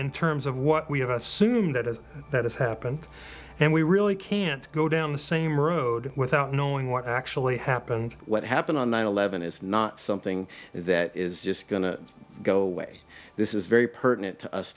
in terms of what we have assumed that is that has happened and we really can't go down the same road without knowing what actually happened what happened on nine eleven it's not something that is just going to go away this is very pertinent to us